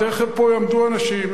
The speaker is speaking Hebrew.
תיכף יעמדו פה אנשים,